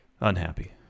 Unhappy